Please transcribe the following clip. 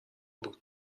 بود